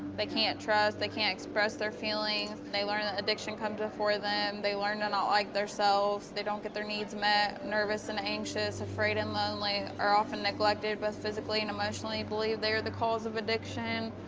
they can't trust, they can't express their feelings, and they learn that addiction comes before them. they learn to not like theirselves. they don't get their needs met. nervous and anxious, afraid and lonely, are often neglected both physically and emotionally, believe they are the cause of addiction,